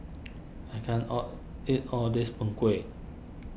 I can't all eat all of this Png Kueh